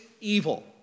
evil